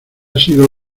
sido